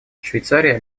швейцария